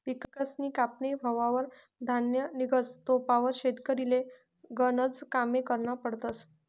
पिकसनी कापनी व्हवावर धान्य निंघस तोपावत शेतकरीले गनज कामे करना पडतस